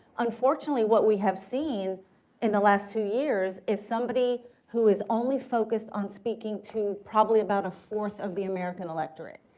unfortunately, what we have seen in the last few years is somebody who is only focused on speaking to probably about a fourth of the american electorate.